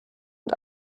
und